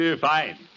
Fine